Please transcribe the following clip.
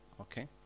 Okay